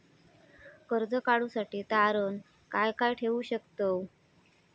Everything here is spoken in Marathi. कर्ज काढूसाठी तारण काय काय ठेवू शकतव?